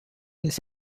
his